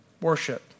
Worship